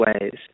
ways